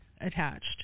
attached